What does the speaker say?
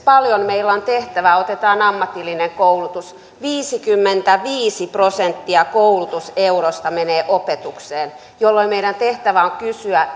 paljon meillä on tehtävää otetaan ammatillinen koulutus viisikymmentäviisi prosenttia koulutuseurosta menee opetukseen jolloin meidän tehtävämme on kysyä